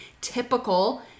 typical